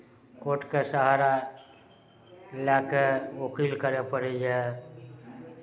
कोर्टके सहारा लए कऽ वकील करय पड़ैए